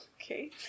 okay